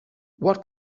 what